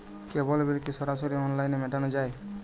কেবল bill কি সরাসরি অনলাইনে মেটানো য়ায়?